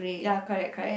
ya correct correct